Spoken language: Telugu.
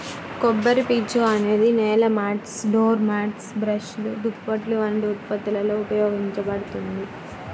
కొబ్బరిపీచు అనేది నేల మాట్స్, డోర్ మ్యాట్లు, బ్రష్లు, దుప్పట్లు వంటి ఉత్పత్తులలో ఉపయోగించబడుతుంది